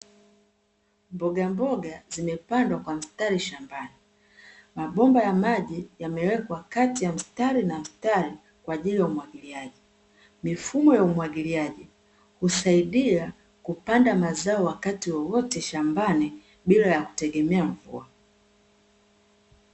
Mbogamboga zimepandwa kwa mstari shambani, mabomba ya maji yamewekwa kati ya mstari na mstari kwa ajili ya umwagiliaji, mifumo ya umwagiliaji husaidia kupanda mazao wakati wowote shambani bila ya kutegemea mvua.